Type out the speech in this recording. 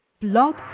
Blog